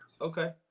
Okay